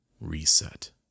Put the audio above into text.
Reset